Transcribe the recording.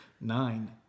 nine